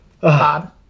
Bob